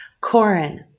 Corin